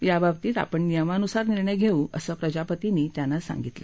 याबाबतीत आपण नियमानुसार निर्णय घेऊ असं प्रजापतींनी त्यांना सांगितलं